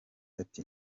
ati